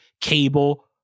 Cable